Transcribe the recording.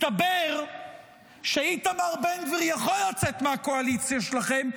מסתבר שאיתמר בן גביר יכול לצאת מהקואליציה שלכם,